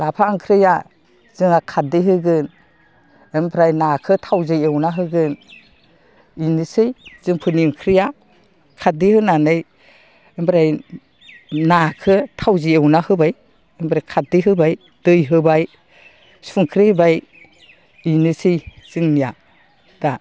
लाफा ओंख्रिया जोंहा खारदै होगोन ओमफ्राय नाखौ थावजों एवना होगोन बेनोसै जोंफोरनि ओंख्रिया खारदै होनानै ओमफ्राय नाखौ थावजों एवना होबाय ओमफ्राय खारदै होबाय दै होबाय संख्रि होबाय बेनोसै जोंनिया दा